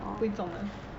不会中的